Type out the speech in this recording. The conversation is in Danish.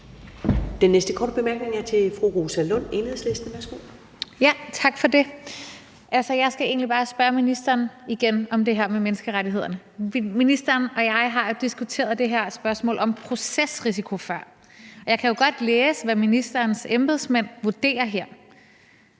egentlig bare spørge ministeren igen om det her med menneskerettighederne. Ministeren og jeg har diskuteret det her spørgsmål om procesrisiko før. Og jeg kan jo godt læse, hvad ministerens embedsmænd vurderer her.